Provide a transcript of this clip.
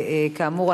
כאמור,